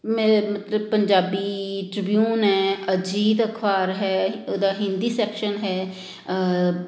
ਮੈਂ ਮਤਲਬ ਪੰਜਾਬੀ ਟ੍ਰਿਬਿਊਨ ਹੈ ਅਜੀਤ ਅਖਬਾਰ ਹੈ ਉਹਦਾ ਹਿੰਦੀ ਸੈਕਸ਼ਨ ਹੈ